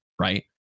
right